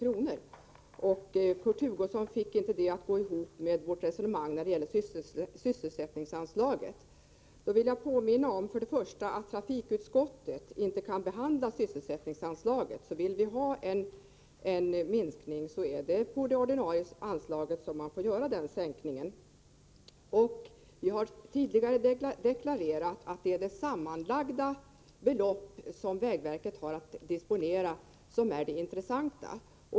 Kurt Hugosson fick inte det att gå ihop med vårt resonemang om sysselsättningsanslaget. Först och främst vill jag erinra om att trafikutskottet inte har att behandla sysselsättningsanslaget. Då vi vill ha en minskning så måste den därför göras på det ordinarie anslaget. Vi har tidigare deklarerat att det är det sammanlagda belopp som vägverket får disponera som är det intressanta.